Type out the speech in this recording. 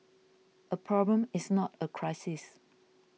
a problem is not a crisis